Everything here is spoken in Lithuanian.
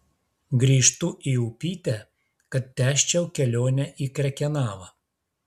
grįžtu į upytę kad tęsčiau kelionę į krekenavą